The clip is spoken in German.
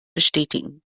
bestätigen